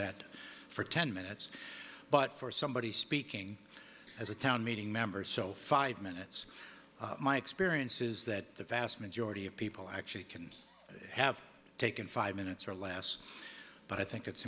that for ten minutes but for somebody speaking as a town meeting member so five minutes my experience is that the vast majority of people actually can have taken five minutes or less but i think it's